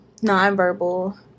nonverbal